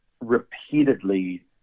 repeatedly